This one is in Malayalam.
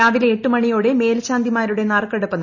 രാവിലെ എട്ട് മണിയോടെയാണ് മേൽശാന്തിമാരുടെ നറുക്കെടുപ്പ്